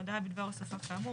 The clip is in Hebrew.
הודעה בדבר הוספה כאמור,